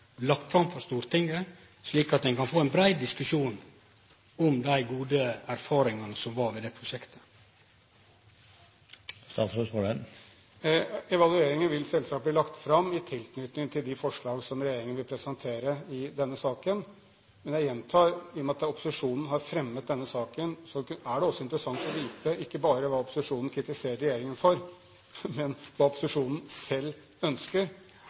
fram for Stortinget, slik at ein kan få ein brei diskusjon om dei gode erfaringane med prosjektet? Evalueringen vil selvsagt bli lagt fram i tilknytning til de forslag som regjeringen vil presentere i denne saken. Jeg gjentar, i og med at det er opposisjonen som har fremmet denne saken, at det også er interessant å vite ikke bare hva opposisjonen kritiserer regjeringen for, men hva opposisjonen selv ønsker.